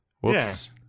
Whoops